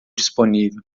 disponível